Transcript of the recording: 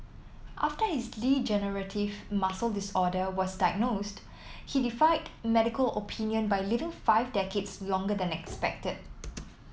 after his degenerative muscle disorder was diagnosed he defied medical opinion by living five decades longer than expected